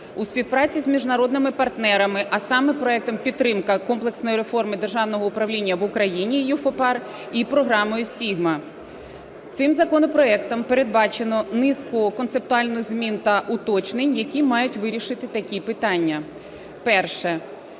у співпраці з міжнародними партнерами, а саме Проектом "Підтримка комплексної реформи державного управління в Україні" (EU4PAR) і програмою SIGMA. Цим законопроектом передбачено низку концептуальних змін та уточнень, які мають вирішити такі питання. Перше.